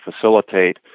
facilitate